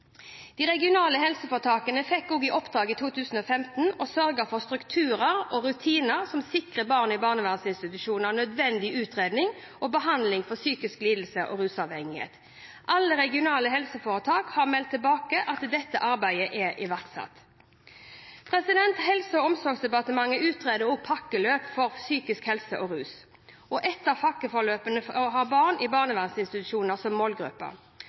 de anbefalingene. De regionale helseforetakene fikk i 2015 i oppdrag å sørge for strukturer og rutiner som sikrer barn i barnevernsinstitusjoner nødvendig utredning og behandling for psykiske lidelser og rusavhengighet. Alle regionale helseforetak har meldt tilbake at dette arbeidet er iverksatt. Helse- og omsorgsdepartementet utreder også pakkeforløp for psykisk helse og rus. Ett av pakkeforløpene har barn i barnevernsinstitusjoner som målgruppe.